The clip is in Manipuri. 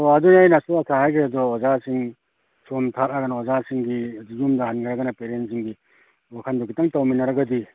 ꯑꯣ ꯑꯗꯨꯅꯤ ꯑꯩꯅꯁꯨ ꯉꯁꯥꯏ ꯍꯥꯏꯈꯤꯗꯣ ꯑꯣꯖꯥꯁꯤꯡ ꯁꯣꯝ ꯊꯥꯔꯛꯑꯒꯅ ꯑꯣꯖꯥꯁꯤꯡꯒꯤ ꯌꯨꯝꯗ ꯍꯟꯈ꯭ꯔꯒꯅ ꯄꯦꯔꯦꯟꯁꯁꯤꯡꯒꯤ ꯋꯥꯈꯟꯗꯨ ꯈꯤꯇꯪ ꯇꯧꯃꯤꯟꯅꯔꯒꯗꯤ